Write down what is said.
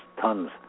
tons